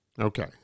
Okay